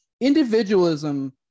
individualism